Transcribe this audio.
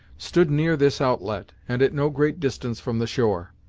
stood near this outlet, and at no great distance from the shore.